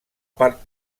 part